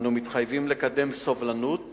אנו מתחייבים לקדם סובלנות